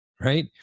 right